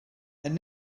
and